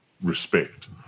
respect